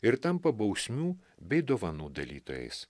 ir tampa bausmių bei dovanų dalytojais